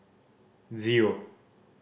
zero